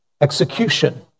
execution